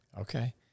Okay